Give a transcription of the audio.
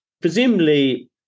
presumably